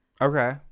okay